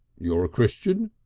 you're a christian?